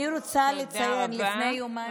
אני רוצה לציין, לפני יומיים, תודה רבה.